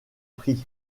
prix